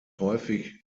häufig